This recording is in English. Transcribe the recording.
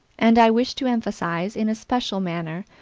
and i wish to emphasize, in a special manner,